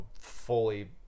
fully